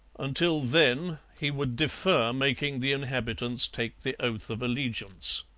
until then he would defer making the inhabitants take the oath of allegiance